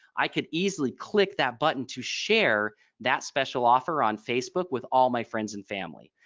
i could easily click that button to share that special offer on facebook with all my friends and family.